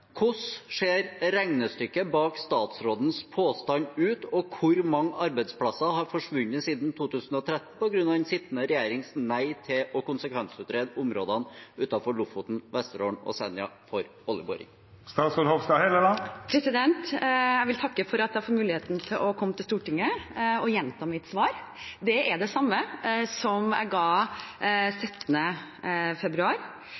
Hvordan ser regnestykket bak statsrådens påstand ut, og hvor mange arbeidsplasser har forsvunnet siden 2013 på grunn av den sittende regjeringens nei til å konsekvensutrede områdene utenfor Lofoten, Vesterålen og Senja for oljeboring?» Jeg vil takke for at jeg får muligheten til å komme til Stortinget og gjenta mitt svar. Det er det samme som jeg ga den 17. februar